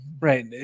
Right